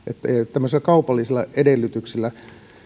kaupallisia edellytyksiä